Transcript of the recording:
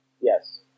yes